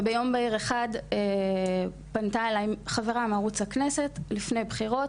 וביום בהיר אחד פנתה אליי חברה מערוץ הכנסת לפני בחירות,